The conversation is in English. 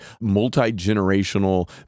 multi-generational